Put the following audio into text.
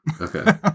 Okay